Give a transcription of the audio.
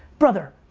brother,